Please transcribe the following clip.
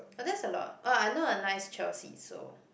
but that's a lot oh I know a nice Chelsea so